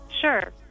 Sure